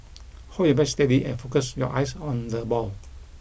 hold your bat steady and focus your eyes on the ball